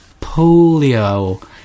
Polio